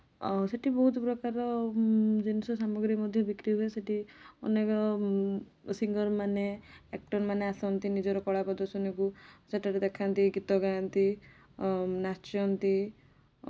ସେଠି ବହୁତ ପ୍ରକାର ଜିନିଷ ସାମଗ୍ରୀ ମଧ୍ୟ ବିକ୍ରି ହୁଏ ସେଠି ଅନେକ ସିଙ୍ଗର୍ମାନେ ଆକ୍ଟର୍ମାନେ ଆସନ୍ତି ନିଜର କଳା ପ୍ରଦର୍ଶନୀକୁ ସେଠାରେ ଦେଖାନ୍ତି ଗୀତ ଗାଆନ୍ତି ନାଚନ୍ତି